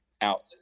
out